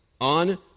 on